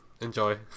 Enjoy